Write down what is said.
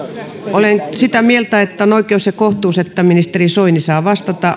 olen sitä mieltä että on oikeus ja kohtuus että ministeri soini saa vastata